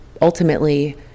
ultimately